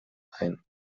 ein